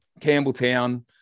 Campbelltown